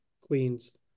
Queen's